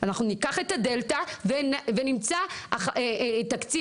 אנחנו ניקח את הדלתא ונמצא תקציב,